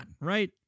right